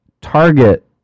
target